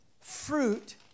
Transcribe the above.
fruit